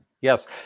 Yes